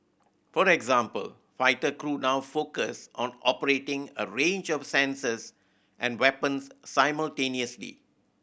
for example fighter crew now focus on operating a range of sensors and weapons simultaneously